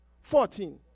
Fourteen